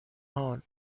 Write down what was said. هان